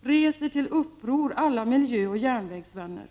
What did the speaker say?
Res er till uppror, alla miljöoch järnvägsvänner!